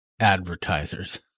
advertisers